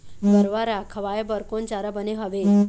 गरवा रा खवाए बर कोन चारा बने हावे?